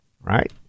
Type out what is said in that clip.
right